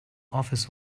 office